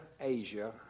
Asia